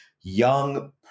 young